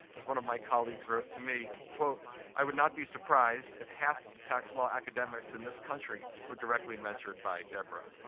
as one of my colleagues wrote to me, quote, i would not be surprised if half the tax law academics in this country were directly mentored by deborah.